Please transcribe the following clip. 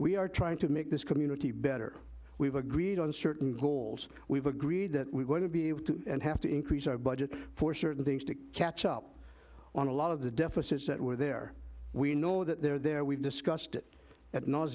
we are trying to make this community better we've agreed on certain goals we've agreed that we're going to be able to and have to increase our budget for certain things to catch up on a lot of the deficits that were there we know that they're there we've discussed it at